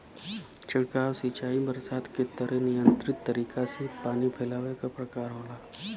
छिड़काव सिंचाई बरसात के तरे नियंत्रित तरीका से पानी फैलावे क प्रकार होला